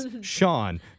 Sean